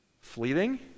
fleeting